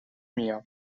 mia